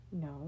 No